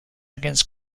against